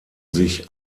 sich